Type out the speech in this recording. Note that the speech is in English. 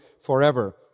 forever